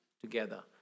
together